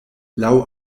laŭ